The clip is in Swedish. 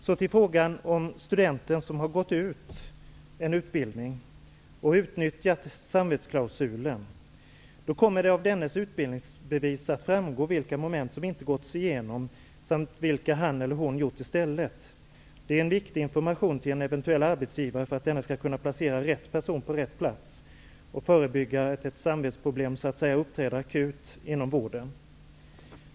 Så till frågan om studenten som har gått ut en utbildning och utnyttjat samvetsklausulen. Då kommer det av dennes utbildningsbevis att framgå vilka moment som inte gått igenom samt vilka han eller hon gjort i stället. Det är en viktig information till en eventuell arbetsgivare för att denna skall kunna placera rätt person på rätt plats och förebygga att ett samvetsproblem uppträder så att säga akut inom vården.